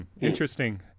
Interesting